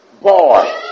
boy